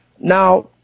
Now